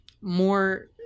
more